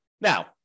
Now